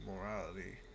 morality